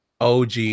OG